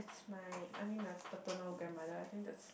my I mean my paternal grandmother I think that's